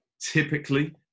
Typically